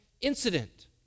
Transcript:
incident